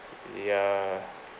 ya